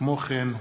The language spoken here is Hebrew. כמו כן,